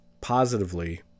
positively